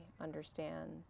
understand